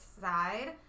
side